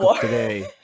today